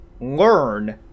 learn